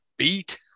Beat